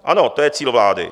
Ano, to je cíl vlády.